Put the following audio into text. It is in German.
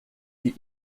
die